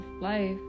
life